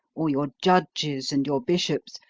or your judges and your bishops,